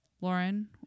Lauren